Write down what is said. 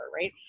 right